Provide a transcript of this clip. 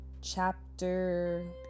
chapter